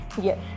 yes